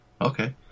Okay